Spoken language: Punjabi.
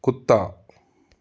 ਕੁੱਤਾ